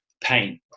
pain